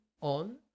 on